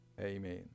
Amen